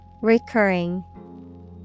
Recurring